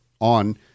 on